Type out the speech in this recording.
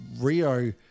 Rio